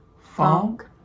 funk